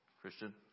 Christian